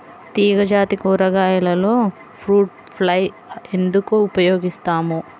తీగజాతి కూరగాయలలో fruit fly ఎందుకు ఉపయోగిస్తాము?